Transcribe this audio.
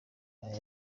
nyuma